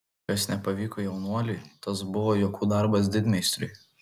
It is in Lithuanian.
kas nepavyko jaunuoliui tas buvo juokų darbas didmeistriui